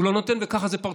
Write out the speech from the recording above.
הוא לא נותן, וזה פרצופנו.